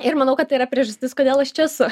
ir manau kad tai yra priežastis kodėl aš čia esu